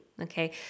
Okay